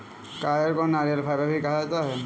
coir को नारियल fibre भी कहा जाता है